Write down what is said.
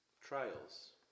trials